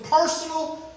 personal